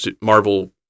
Marvel